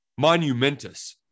monumentous